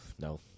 No